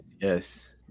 yes